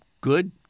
good